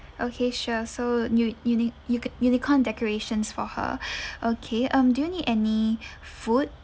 okay sure so u~ uni~ u~ unicorn decorations for her okay um do you need any food